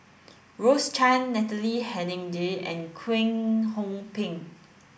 Rose Chan Natalie Hennedige and Kwek Hong Png